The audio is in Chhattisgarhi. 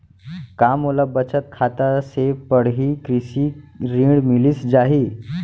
का मोला बचत खाता से पड़ही कृषि ऋण मिलिस जाही?